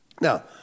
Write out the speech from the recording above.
Now